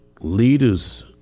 leaders